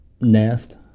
nest